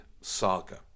saga